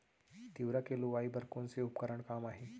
तिंवरा के लुआई बर कोन से उपकरण काम आही?